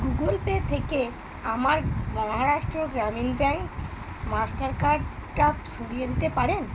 Google Pay থেকে আমার Maharashtra Gramin bank master কার্ডটা সরিয়ে দিতে পারেন